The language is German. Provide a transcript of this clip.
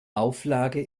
auflage